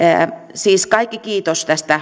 siis kaikki kiitos tästä